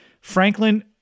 Franklin